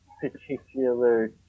particular